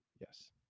Yes